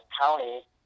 county